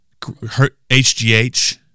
HGH